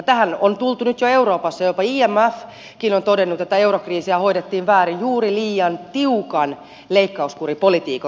tähän on tultu nyt jo euroopassa jopa imfkin on todennut että eurokriisiä hoidettiin väärin juuri liian tiukan leikkauskuripolitiikan kautta